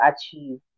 achieve